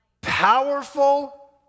powerful